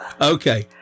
okay